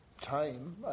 time